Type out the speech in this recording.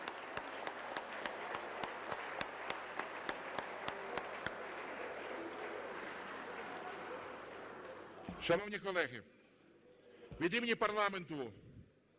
Шановні колеги, від імені парламенту